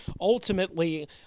ultimately